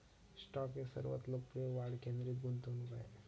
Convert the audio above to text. stock हे सर्वात लोकप्रिय वाढ केंद्रित गुंतवणूक आहेत